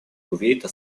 кувейта